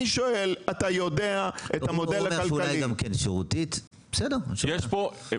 אני שואל: אתה יודע את המודל הכלכלי -- הוא אומר שאולי גם שירותית.